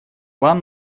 план